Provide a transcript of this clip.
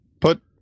Put